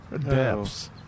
depths